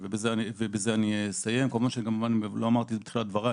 לא אמרתי בתחילת דבריי,